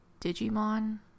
Digimon